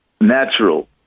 natural